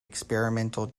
experimental